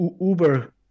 Uber